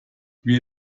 wir